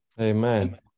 Amen